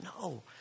no